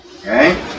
Okay